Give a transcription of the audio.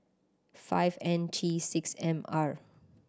five N T six M R